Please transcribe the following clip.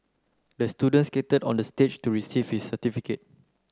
the student skated onto the stage to receive his certificate